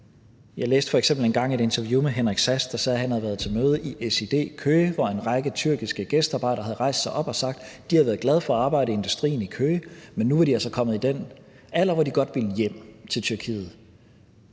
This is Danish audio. Jeg læste f.eks. engang et interview med Henrik Sass Larsen, der sagde, at han havde været til møde i SiD Køge, hvor en række tyrkiske gæstearbejdere havde rejst sig op og sagt, at de havde været glade for at arbejde i industrien i Køge, men nu var de altså kommet i den alder, hvor de godt ville hjem til Tyrkiet.